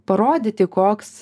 parodyti koks